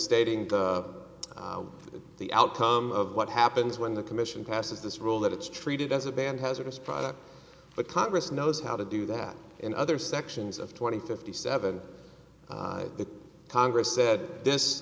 stating the outcome of what happens when the commission passes this rule that it's treated as a band hazardous product but congress knows how to do that and other sections of twenty fifty seven the congress said this